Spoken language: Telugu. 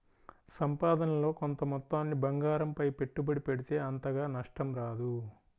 సంపాదనలో కొంత మొత్తాన్ని బంగారంపై పెట్టుబడి పెడితే అంతగా నష్టం రాదు